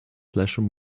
slasher